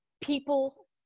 people